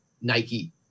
Nike